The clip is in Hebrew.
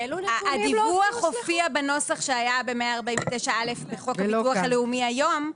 הדיווח הופיע בנוסח שהיה ב-149א בחוק הביטוח הלאומי היום.